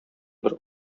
бер